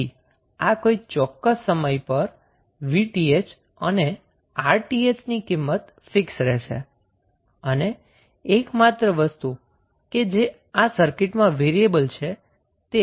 તેથી આ કોઈ ચોક્કસ સમય પર 𝑉𝑇ℎ અને 𝑅𝑇ℎ ની કિંમત ફિક્સ રહેશે અને એકમાત્ર વસ્તુ કે જે આ સર્કિટમા વેરીએબલ છે તે 𝑅𝐿 છે